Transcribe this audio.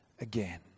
again